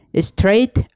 straight